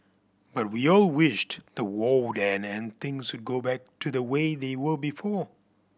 but we all wished the war would end and things would go back to the way they were before